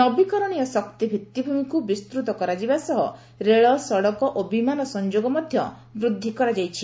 ନବୀକରଣୀୟ ଶକ୍ତି ଭିତ୍ତିଭୂମିକୁ ବିସ୍ତୂତ କରାଯିବା ସହ ରେଳ ସଡ଼କ ଓ ବିମାନ ସଂଯୋଗ ମଧ୍ୟ ବୃଦ୍ଧି କରାଯାଇଛି